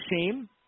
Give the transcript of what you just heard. shame